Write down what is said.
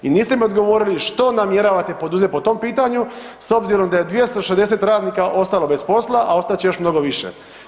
I niste mi odgovorili, što namjeravate poduzeti po tom pitanju s obzirom da je 260 radnika ostalo bez posla a ostat će još mnogo više?